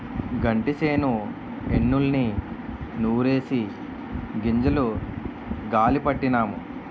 గంటిసేను ఎన్నుల్ని నూరిసి గింజలు గాలీ పట్టినాము